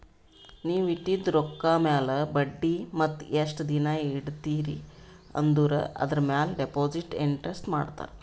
ನೀವ್ ಇಟ್ಟಿದು ರೊಕ್ಕಾ ಮ್ಯಾಲ ಬಡ್ಡಿ ಮತ್ತ ಎಸ್ಟ್ ದಿನಾ ಇಡ್ತಿರಿ ಆಂದುರ್ ಮ್ಯಾಲ ಡೆಪೋಸಿಟ್ ಇಂಟ್ರೆಸ್ಟ್ ಮಾಡ್ತಾರ